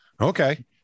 okay